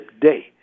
Day